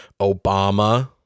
Obama